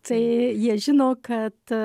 tai jie žino kad